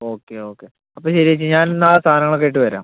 okay okay അപ്പം ശരി ഏച്ചി ഞാൻ നാളെ സാധനങ്ങളൊക്കെ ആയിട്ട് വരാം